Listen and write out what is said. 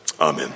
Amen